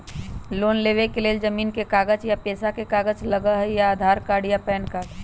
Loan लेवेके लेल जमीन के कागज या पेशा के कागज लगहई या आधार कार्ड या पेन कार्ड?